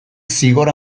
zigor